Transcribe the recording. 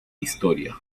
historia